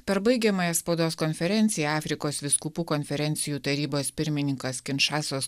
per baigiamąją spaudos konferenciją afrikos vyskupų konferencijų tarybos pirmininkas kinčasas